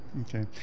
Okay